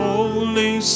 Holy